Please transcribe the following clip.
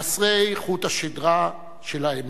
חסרי חוט השדרה של האמת.